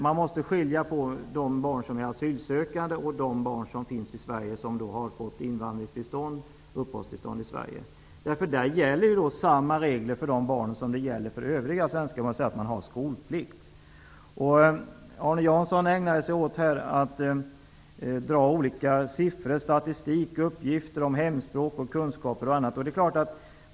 Man måste skilja på de barn som är asylsökande och de barn som finns i Sverige och har fått uppehållstillstånd här. Samma regel gäller för de barnen som för övriga svenska barn, dvs. skolplikt. Arne Jansson ägnade sig åt att lämna siffror, statistik och uppgifter om hemspråk, kunskaper och annat.